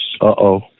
Uh-oh